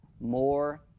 more